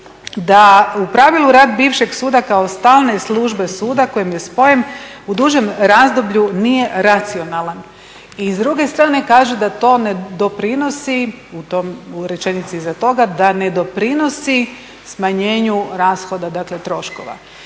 da u pravilu rad bivšeg suda kao stalne službe suda … u dužem razdoblju nije racionalan i s druge strane kaže da to ne doprinosi, u rečenici iza toga, da ne doprinosi smanjenju rashoda, dakle troškova.